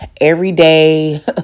everyday